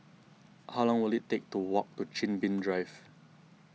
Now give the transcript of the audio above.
how long will it take to walk to Chin Bee Drive